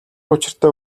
учиртай